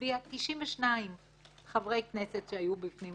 92 חברי כנסת שהיו בפנים,